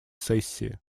сессии